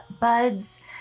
buds